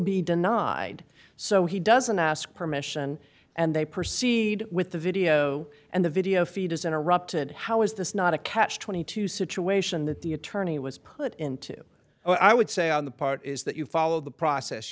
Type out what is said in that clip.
be denied so he doesn't ask permission and they proceed with the video and the video feed is interrupted how is this not a catch twenty two situation that the attorney was put into what i would say on the part is that you follow the process